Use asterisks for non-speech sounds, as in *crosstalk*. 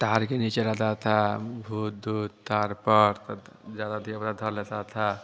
डाल के नीचे रहता था भूत ऊत डाल पर सब ज़्यादा *unintelligible* साथ